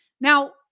Now